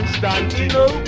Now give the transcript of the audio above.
Constantino